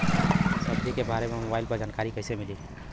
सब्जी के बारे मे मोबाइल पर जानकारी कईसे मिली?